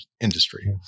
industry